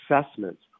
assessments